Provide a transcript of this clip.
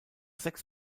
sechs